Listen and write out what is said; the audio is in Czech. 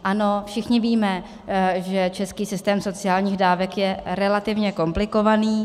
Ano, všichni víme, že český systém sociálních dávek je relativně komplikovaný.